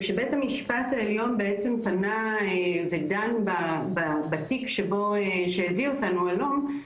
וכשבית המשפט העליון בעצם פנה ודן בתיק שהביא אותנו הלום,